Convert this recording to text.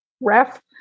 ref